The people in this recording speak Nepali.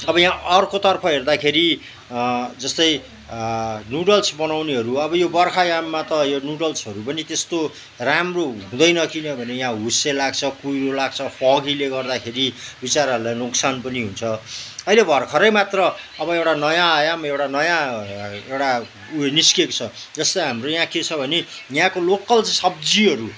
अब यहाँ अर्कोतर्फ हेर्दाखेरि जस्तै नुडल्स बनाउनेहरू अब यो बर्खायाममा त यो नुडल्सहरू पनि त्यस्तो राम्रो हुँदैन किनभने यहाँ हुस्से लाग्छ कुहिरो लाग्छ फगीले गर्दाखेरि विचराहरूलाई नोक्सान पनि हुन्छ अहिले भर्खरै मात्र अब एउटा नयाँ आयाम एउटा नयाँ एउटा उयो निस्केको छ जस्तै हाम्रो यहाँ के छ भने यहाँको लोकल सब्जीहरू